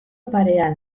parean